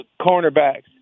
cornerbacks